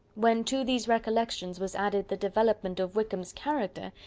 when to these recollections was added the development of wickham's character,